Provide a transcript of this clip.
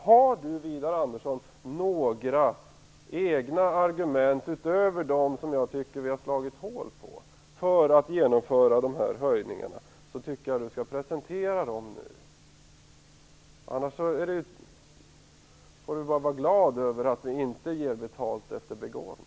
Har Widar Andersson några egna argument utöver dem som jag tycker att vi har slagit hål på för att genomföra de här höjningarna, tycker jag att han skall presentera dem nu. Annars får han vara glad över att vi inte ger betalt efter begåvning.